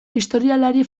historialari